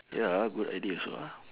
ya good idea also ah